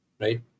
right